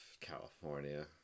California